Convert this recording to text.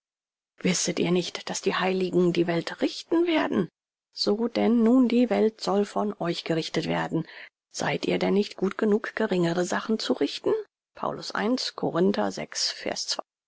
wisset ihr nicht daß die heiligen die welt richten werden so denn nun die welt soll von euch gerichtet werden seid ihr denn nicht gut genug geringere sachen zu richten